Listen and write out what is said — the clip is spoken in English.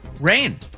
rain